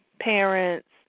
parents